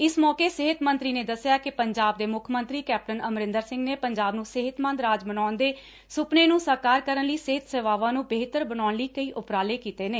ਇਸ ਮੌਕੇ ਸਿਹਤ ਮੰਤਰੀ ਨੇ ਦੱਸਿਆ ਕਿ ਪੰਜਾਬ ਦੇ ਮੁੱਖ ਮੰਤਰੀ ਕੈਪਟਨ ਅਮਰਿੰਦਰ ਸਿੰਘ ਨੇ ਪੰਜਾਬ ਨੂੰ ਸਿਹਤਮੰਦ ਰਾਜ ਬਨਾਉਣ ਦੇ ਸੁਪਨੇ ਨੂੰ ਸਾਕਾਰ ਕਰਨ ਲਈ ਸਿਹਤ ਸੇਵਾਵਾਂ ਨੂੰ ਬਿਹਤਰ ਬਨਾਉਣ ਲਈ ਕਈ ਉਪਰਾਲੇ ਕੀਤੇ ਨੇ